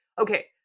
Okay